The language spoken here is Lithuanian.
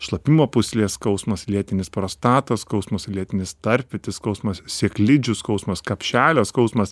šlapimo pūslės skausmas lėtinis prostatos skausmas lėtinis tarpvietės skausmas sėklidžių skausmas kapšelio skausmas